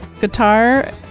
guitar